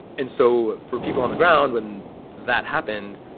and so for people on the ground when that happened,